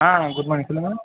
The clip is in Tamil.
ஆன் குட் மானிங் சொல்லுங்க